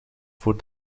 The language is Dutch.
voor